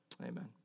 amen